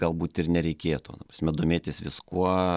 galbūt ir nereikėtų prasme domėtis viskuo